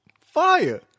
fire